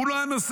הוא לא הנושא.